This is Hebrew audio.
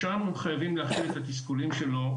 שם חייבים להכיל את התסכול שלו,